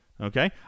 Okay